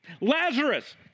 Lazarus